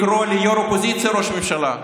אי-אפשר לקרוא לו ראש ממשלה.